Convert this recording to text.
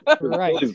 Right